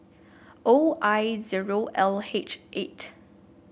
O I zero L H eight